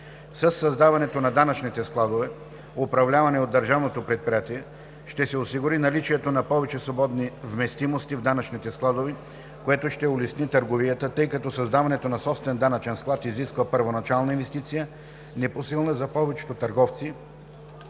Със създаването на данъчните складове, управлявани от държавното предприятие, ще се осигури наличието на повече свободни вместимости в данъчните складове, което ще улесни търговията, тъй като създаването на собствен данъчен склад изисква първоначална инвестиция, непосилна за повечето търговци,